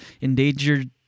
endangered